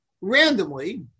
randomly